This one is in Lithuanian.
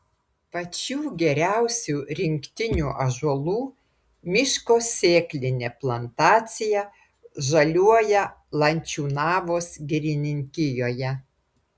pačių geriausių rinktinių ąžuolų miško sėklinė plantacija žaliuoja lančiūnavos girininkijoje